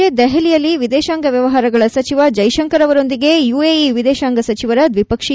ಇಂದು ಸಂಜೆ ದೆಹಲಿಯಲ್ಲಿ ವಿದೇಶಾಂಗ ವ್ಯವಹಾರಗಳ ಸಚಿವ ಜೈ ಶಂಕರ್ ಅವರೊಂದಿಗೆ ಯುಎಇ ವಿದೇಶಾಂಗ ಸಚಿವರ ದ್ವಿಪಕ್ಷೀಯ ಸಭೆ